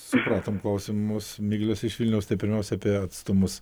supratom klausimus miglės iš vilniaus tai pirmiausia apie atstumus